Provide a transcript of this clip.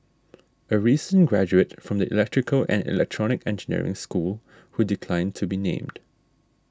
a recent graduate from the electrical and electronic engineering school who declined to be named